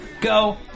Go